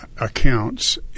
accounts